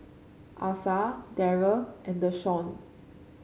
Asa Derrek and Deshaun